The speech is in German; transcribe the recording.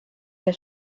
der